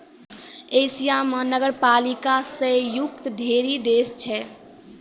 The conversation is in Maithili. एशिया म नगरपालिका स युक्त ढ़ेरी देश छै